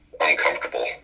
uncomfortable